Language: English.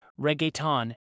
reggaeton